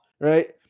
right